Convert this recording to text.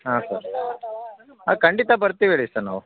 ಹಾಂ ಸರ್ ಖಂಡಿತ ಬರ್ತೀವಿ ರೀ ಸರ್ ನಾವು